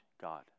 God